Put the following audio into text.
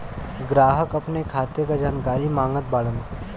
ग्राहक अपने खाते का जानकारी मागत बाणन?